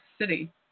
city